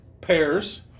pairs